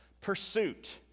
pursuit